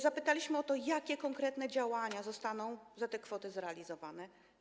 Zapytaliśmy o to, jakie konkretnie działania zostaną za tę kwotę zrealizowane.